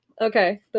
Okay